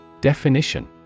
Definition